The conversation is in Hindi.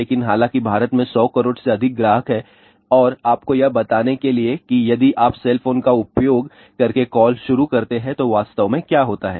लेकिन हालांकि भारत में 100 करोड़ से अधिक ग्राहक हैं और आपको यह बताने के लिए कि यदि आप सेल फोन का उपयोग करके कॉल शुरू करते हैं तो वास्तव में क्या होता है